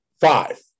Five